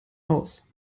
aus